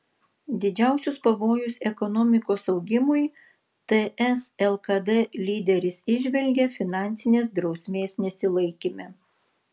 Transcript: didžiausius pavojus ekonomikos augimui ts lkd lyderis įžvelgia finansinės drausmės nesilaikyme